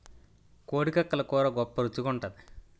కోడి కక్కలు కూర గొప్ప రుచి గుంటాది